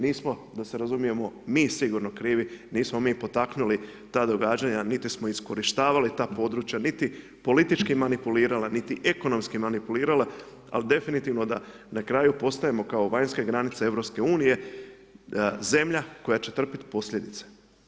Mi smo da se razumijemo, mi sigurno krivi, nismo mi potaknuli ta događanja, niti smo iskorištavali ta područja, niti politički manipulirala, niti ekonomski manipulirala, al definitivno da na kraju postajemo kao vanjska granica EU, zemlja koja će trpiti posljedice.